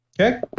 okay